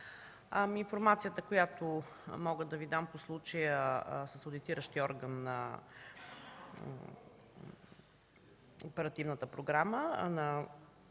информацията, която мога да Ви дам по случая с одитиращия орган на Оперативната програма за